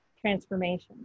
transformation